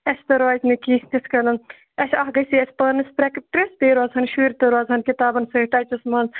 اَسہِ تہِ روزِ نہَ کیٚنٛہہ تِتھٕ کٔنۍ اَکھ گَژھِ اَسہِ پانَس پریٚکٹِس بیٚیہِ روزہَن شُرۍ تہِ روزہَن کِتابَن سۭتۍ ٹَچَس مَنٛز